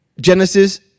Genesis